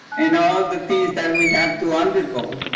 and all of the things that we had to undergo,